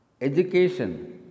Education